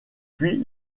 puis